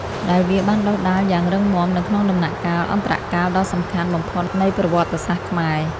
ដែលវាបានដុះដាលយ៉ាងរឹងមាំនៅក្នុងដំណាក់កាលអន្តរកាលដ៏សំខាន់បំផុតនៃប្រវត្តិសាស្ត្រខ្មែរ។